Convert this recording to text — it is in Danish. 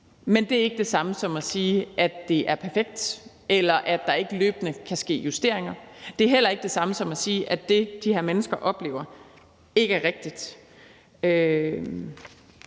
men det er ikke det samme som at sige, at det er perfekt, eller at der ikke løbende kan ske justeringer, og det er heller ikke det samme som at sige, at det, som de her mennesker oplever, ikke er rigtigt.